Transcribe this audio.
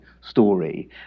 story